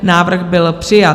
Návrh byl přijat.